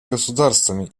государствами